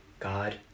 God